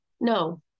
No